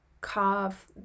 carve